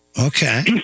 Okay